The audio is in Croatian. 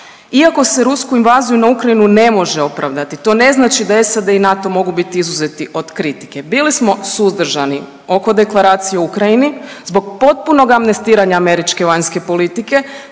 Iako se rusku invaziju na Ukrajinu ne može opravdati to ne znači da SAD i NATO mogu biti izuzeti od kritike. Bili smo suzdržani oko deklaracije o Ukrajini zbog potpunog amnestiranja američke vanjske politike,